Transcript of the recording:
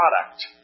product